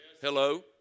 Hello